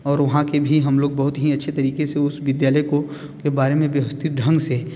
और वहाँ के भी हम लोग बहुत ही अच्छी तरीक़े से उस विद्यालय को के बारे में व्यवस्थित ढंग से